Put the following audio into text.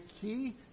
key